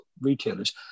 retailers